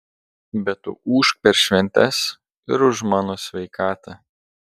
bet tu ūžk per šventes ir už mano sveikatą